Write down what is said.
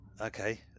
Okay